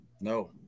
No